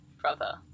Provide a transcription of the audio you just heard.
brother